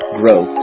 grow